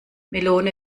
melone